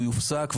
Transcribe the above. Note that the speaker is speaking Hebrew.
הוא יופסק,